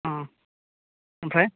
अ' ओमफ्राय